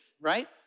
right